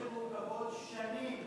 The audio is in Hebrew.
יש תקנות שמעוכבות שנים.